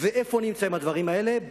איפה נמצאים הדברים האלה?